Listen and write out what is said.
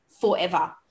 forever